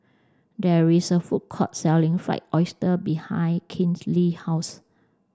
there is a food court selling fried oyster behind Kinley's house